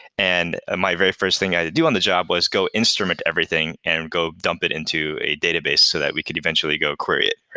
and my very first thing i do on the job was go instrument everything and go dump it into a database so that we could eventually go query it.